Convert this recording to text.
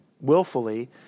willfully